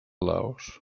laos